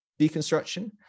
deconstruction